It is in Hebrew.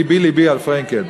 לבי לבי על פרנקל.